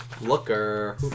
Looker